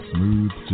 Smooth